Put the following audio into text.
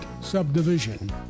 subdivision